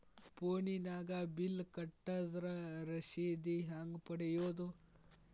ಫೋನಿನಾಗ ಬಿಲ್ ಕಟ್ಟದ್ರ ರಶೇದಿ ಹೆಂಗ್ ಪಡೆಯೋದು?